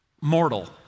mortal